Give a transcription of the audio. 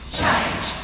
change